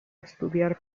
estudiar